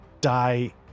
die